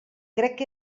crec